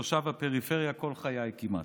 תושב הפריפריה כל חיי כמעט: